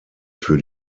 für